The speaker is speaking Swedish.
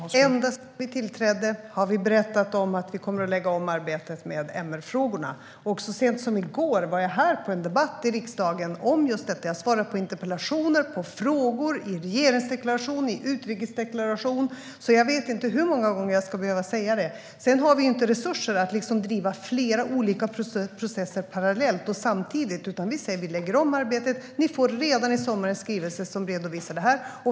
Herr talman! Ända sedan vi tillträdde har vi berättat att vi kommer att lägga om arbetet med MR-frågorna. Så sent som i går var jag här i riksdagen och deltog i en debatt om just detta. Jag har svarat på interpellationer och frågor, och vi har sagt det i regeringsdeklarationen och utrikesdeklarationen. Jag vet inte hur många gånger jag ska behöva säga det. Vi har inte resurser att driva flera olika processer parallellt och samtidigt. Vi lägger om arbetet. Ni får redan i sommar en skrivelse som redovisar det här.